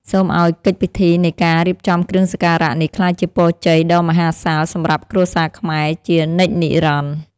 សូមឱ្យកិច្ចពិធីនៃការរៀបចំគ្រឿងសក្ការៈនេះក្លាយជាពរជ័យដ៏មហាសាលសម្រាប់គ្រួសារខ្មែរជានិច្ចនិរន្តរ៍។